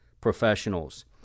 Professionals